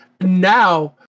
now